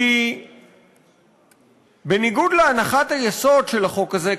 כי בניגוד להנחת היסוד של החוק הזה,